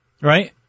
Right